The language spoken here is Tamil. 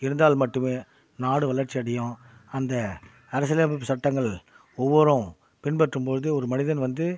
இருந்தால் மட்டுமே நாடு வளர்ச்சி அடையும் அந்த அரசியல் அமைப்பு சட்டங்கள் ஒவ்வொரும் பின்பற்றும் பொழுது ஒரு மனிதன் வந்து